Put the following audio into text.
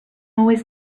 always